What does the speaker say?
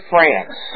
France